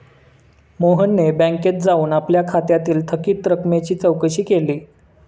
मोहनने बँकेत जाऊन आपल्या खात्यातील थकीत रकमेची चौकशी केली